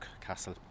castle